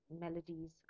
melodies